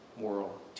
moral